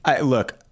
look